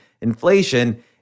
inflation